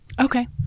Okay